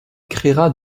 créera